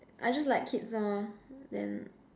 I just like kids lor then